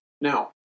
Now